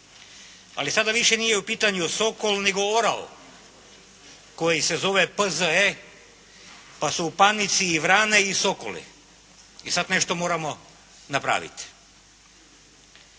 Ali sada više nije u pitanju sokol nego orao koji se zove P.Z.E. pa su u panici i vrane i sokoli. I sad nešto moramo napraviti.